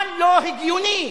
מה לא הגיוני?